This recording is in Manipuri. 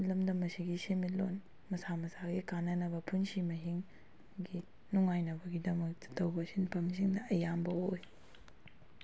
ꯂꯝꯗꯝ ꯑꯁꯤꯒꯤ ꯁꯦꯜꯃꯤꯠꯂꯣꯜ ꯃꯁꯥ ꯃꯁꯥꯒꯤ ꯀꯥꯟꯅꯅꯕ ꯄꯨꯟꯁꯤ ꯃꯍꯤꯡꯒꯤ ꯅꯨꯡꯉꯥꯏꯅꯕ ꯒꯤꯗꯃꯛꯇ ꯇꯧꯕ ꯁꯤꯟꯐꯝꯁꯤꯅ ꯑꯌꯥꯝꯕ ꯑꯣꯏ